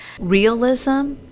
realism